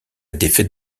défaite